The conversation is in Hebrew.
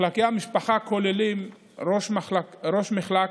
מחלקי המשפחה כוללים ראש מחלק,